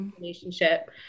relationship